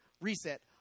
reset